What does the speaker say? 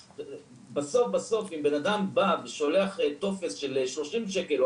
בסוף בסוף אם בנאדם בא ושולח טופס של שלושים שקל,